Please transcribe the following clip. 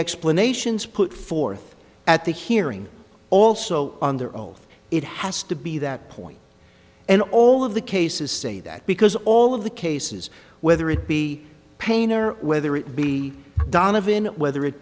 explanations put forth at the hearing also on their own it has to be that point and all of the cases say that because all of the cases whether it be pain or whether it be donovan whether it